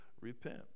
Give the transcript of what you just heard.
Repent